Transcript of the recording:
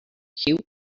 cute